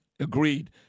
Agreed